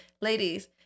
Ladies